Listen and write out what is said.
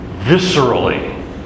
viscerally